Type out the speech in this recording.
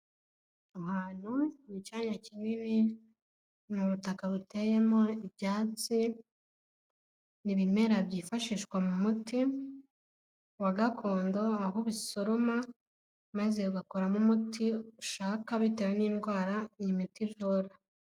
Ahantu ni cyanyanya kinini ni ubutaka buteyemo ibyatsi ni ibimera byifashishwa mu muti wa gakondo aho bisoroma maze ugakoramo umuti ushaka bitewe n'indwara iyi miti ivura.